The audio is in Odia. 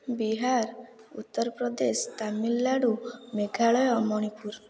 ବିହାର ଉତ୍ତରପ୍ରଦେଶ ତାମିଲନାଡ଼ୁ ମେଘାଳୟ ମଣିପୁର